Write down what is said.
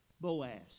Boaz